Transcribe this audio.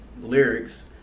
lyrics